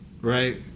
Right